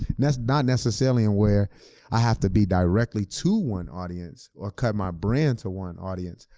that's not necessarily and where i have to be directly to one audience or cut my brand to one audience.